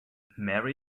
marry